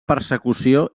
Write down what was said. persecució